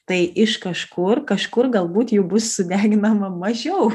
tai iš kažkur kažkur galbūt jų bus sudeginama mažiau